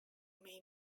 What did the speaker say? may